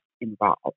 involved